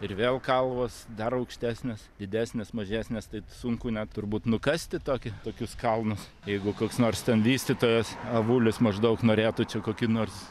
ir vėl kalvos dar aukštesnės didesnės mažesnės tai sunku net turbūt nukasti tokį tokius kalnus jeigu koks nors ten vystytojas avulis maždaug norėtų čia kokį nors